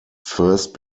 first